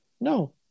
No